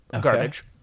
garbage